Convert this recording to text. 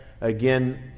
again